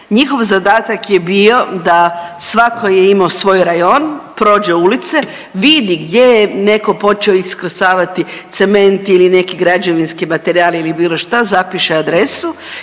njihov zadatak je bio da, svako je imao svoj rajon, prođe ulice, vidi gdje je neko počeo isklesavati cement ili neki građevinski materijal ili bilo šta, zapiše adresu